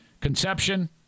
conception